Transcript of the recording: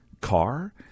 car